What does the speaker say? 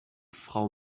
frau